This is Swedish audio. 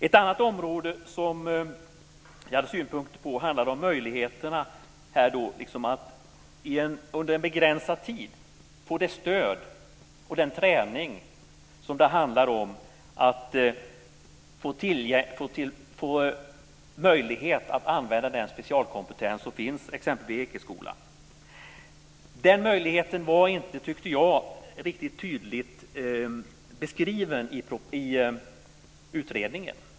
Ett annat område som jag har synpunkter på handlar om möjligheterna att under en begränsad tid få stöd och träning och att få möjlighet att använda den specialkompetens som finns t.ex. vid Ekeskolan. Den möjligheten var inte riktigt tydligt beskriven i utredningen.